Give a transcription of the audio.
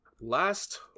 Last